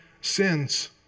sins